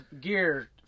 gear